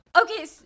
Okay